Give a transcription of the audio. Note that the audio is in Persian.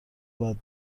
بعد